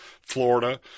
Florida